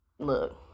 Look